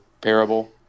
parable